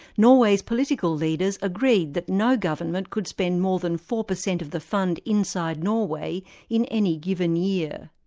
norway's political leaders agreed that no government could spend more than four percent of the fund inside norway in any given year.